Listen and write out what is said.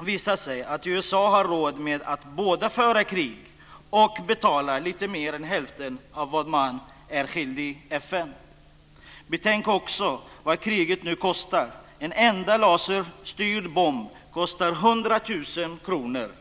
visat sig att USA har råd med att både föra krig och betala lite mer än hälften av vad man är skyldig FN. Betänk också vad kriget nu kostar. En enda laserstyrd bomb kostar 100 000 kr.